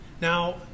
Now